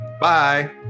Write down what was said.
Bye